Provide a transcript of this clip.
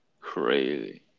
Crazy